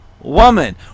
woman